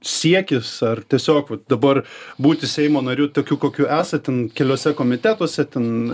siekis ar tiesiog vat dabar būti seimo nariu tokiu kokiu esat ten keliuose komitetuose ten